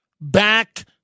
back